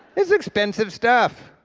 it's expensive stuff.